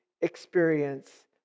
experience